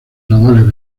navales